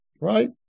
right